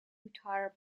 uttar